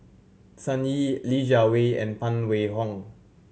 Sun Yee Li Jiawei and Phan Wait Hong